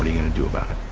gonna do about it?